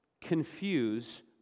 confuse